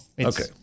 Okay